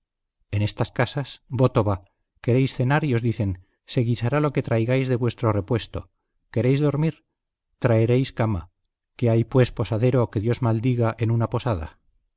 en estas casas voto va queréis cenar y os dicen se guisará lo que traigáis de vuestro repuesto queréis dormir traeréis cama qué hay pues posadero que dios maldiga en una posada